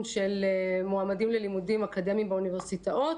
של מועמדים ללימודים אקדמיים באוניברסיטאות.